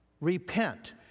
repent